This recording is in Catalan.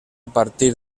partir